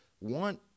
want